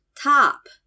top